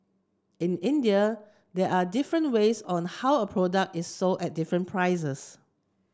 in India there are different ways on how a product is sold at different prices